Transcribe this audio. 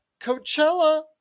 Coachella